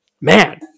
man